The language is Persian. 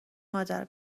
مادر